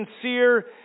sincere